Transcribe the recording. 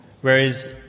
Whereas